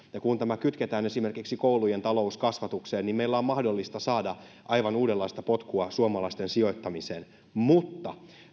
kun tämä kytketään esimerkiksi koulujen talouskasvatukseen niin meidän on mahdollista saada aivan uudenlaista potkua suomalaisten sijoittamiseen mutta